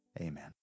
Amen